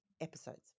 episodes